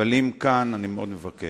אבל אם זה כאן, אני מאוד מבקש.